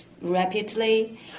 rapidly